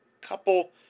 couple